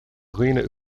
dhaoine